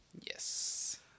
Yes